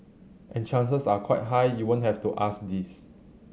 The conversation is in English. and chances are quite high you won't have to ask this